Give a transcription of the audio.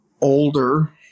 older